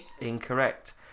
Incorrect